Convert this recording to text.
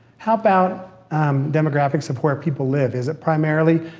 how about demographics of where people live? is it primarily,